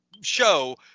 show